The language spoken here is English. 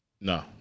No